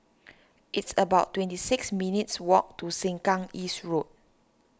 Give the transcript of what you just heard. it's about twenty six minutes' walk to Sengkang East Road